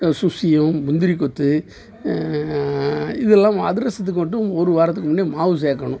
சுஷியம் முந்திரி கொத்து இதெல்லாம் அதிரசத்துக்கு மட்டும் ஒரு வாரத்துக்கு முன்னையே மாவு சேர்க்கணும்